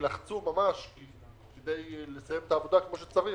וילחצו כדי לסיים את העבודה כמו שצריך